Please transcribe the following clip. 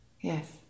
Yes